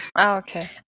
Okay